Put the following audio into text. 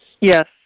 Yes